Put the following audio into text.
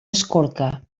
escorca